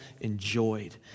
enjoyed